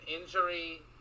injury